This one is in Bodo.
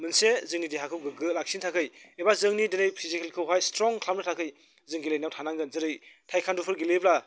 मोनसे जोंनि देहाखौ गोग्गो लाखिनो थाखाय एबा जोंनि दिनै फिजिकेलखौहाय स्ट्रं खालामनो थाखाय जों गेलेनायाव थानांगोन जेरै टाइख्व'न्द'फोर गेलेयोब्ला